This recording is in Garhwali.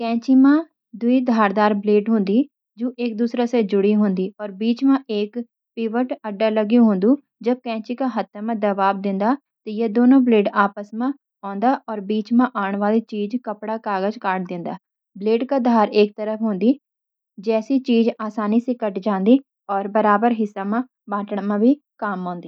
कैंची मा दो धारदार ब्लेड होंदी, जुणा एक-दूसरा से जुड़ी होंदी और बीच मा एक पिवट (अड्डा) लागो हूंदो। जब कैंची का हत्थे मा दबाव डिण्दा, त यी दोनों ब्लेड आपस मा पास आवैंदा, और बीच मा आरण वालो चीज (कपड़ा, कागज) काट जांदी। ब्लेड का धार एक तरफ हूंदी, जैतकि चीज आसानी से कट जांदी। और बराबर हिस्सा म कटान म भी काम आऊं दी।